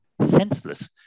senseless